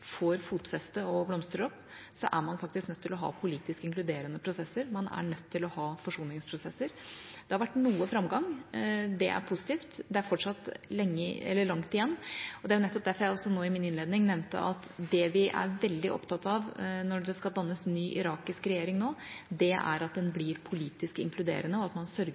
får fotfeste og blomstrer opp, så er man faktisk nødt til å ha politisk inkluderende prosesser, man er nødt til å ha forsoningsprosesser. Det har vært noe framgang, det er positivt. Det er fortsatt langt igjen, og nettopp derfor nevnte jeg nå i min innledning at det vi er veldig opptatt av når det skal dannes ny irakisk regjering nå, er at den blir politisk inkluderende, og at man sørger